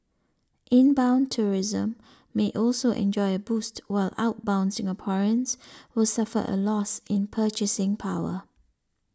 inbound tourism may also enjoy a boost while outbound Singaporeans will suffer a loss in purchasing power